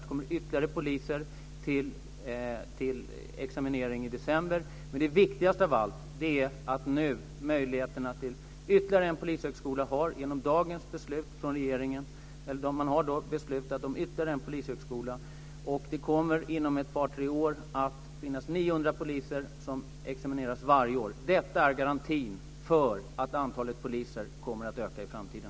Det kommer ytterligare poliser till examinering i december. Det viktigaste av allt är att regeringen har beslutat om ytterligare en polishögskola. Det kommer inom ett par tre år att vara 900 poliser som examineras varje år. Det är garantin för att antalet poliser kommer att öka i framtiden.